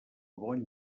bon